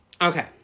okay